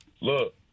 look